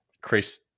Chris